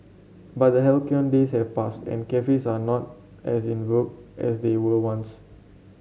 but the halcyon days have passed and cafes are not as in vogue as they were once